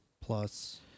Plus